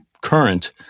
current